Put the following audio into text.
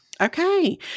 Okay